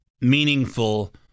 meaningful